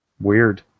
Weird